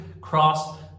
cross